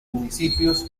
municipios